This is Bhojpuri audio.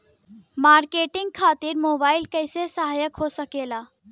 मार्केटिंग खातिर मोबाइल कइसे सहायक हो सकेला?